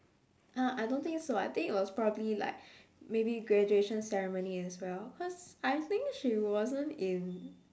!huh! I don't think so I think it was probably like maybe graduation ceremony as well cause I think she wasn't in